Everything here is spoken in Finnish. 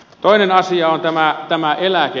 toinen asia on tämä eläkeikä